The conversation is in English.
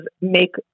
make